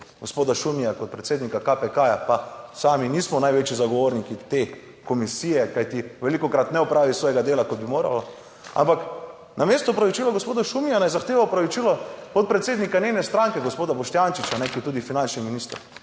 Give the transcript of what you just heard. gospoda Šumija kot predsednika KPK, pa sami nismo največji zagovorniki te komisije, kajti velikokrat ne opravi svojega dela, kot bi moral, ampak, namesto opravičila gospoda Šumija naj zahteva opravičilo podpredsednika njene stranke gospoda Boštjančiča, ki je tudi finančni minister.